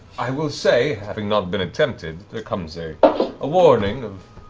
i will say having not been attempted, there comes a ah warning of